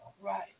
Right